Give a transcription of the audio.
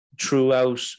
throughout